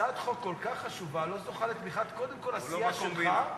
הצעת חוק כל כך חשובה לא זוכה קודם כול לתמיכת הסיעה שלך,